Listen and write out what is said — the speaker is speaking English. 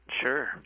Sure